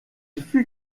fut